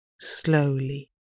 slowly